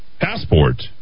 Passport